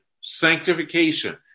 sanctification